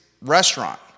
Restaurant